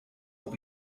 will